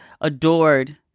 adored